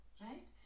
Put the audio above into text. right